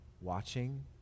watching